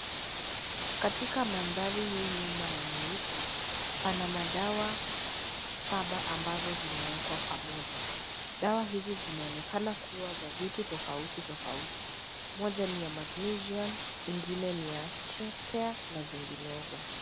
Katika mandhari hii nyuma ya nyeupe pana madawa saba ambazo zimewekwa pamoja dawa hizi zinaonekana kuwa za vitu tofauti tofauti moja ni ya Magnesium ingine ni ya stress care na zinginezo.